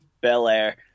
Belair